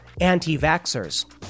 anti-vaxxers